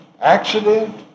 Accident